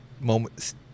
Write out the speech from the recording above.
moments